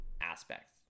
aspects